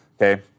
Okay